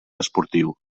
esportiu